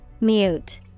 Mute